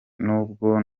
n’ubwo